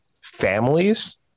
families